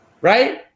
right